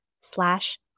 slash